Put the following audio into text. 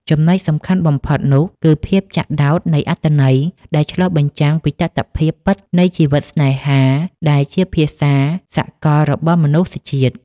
ចំណុចសំខាន់បំផុតនោះ គឺភាពចាក់ដោតនៃអត្ថន័យដែលឆ្លុះបញ្ចាំងពីតថភាពពិតនៃជីវិតស្នេហា ដែលជាភាសាសកលរបស់មនុស្សជាតិ។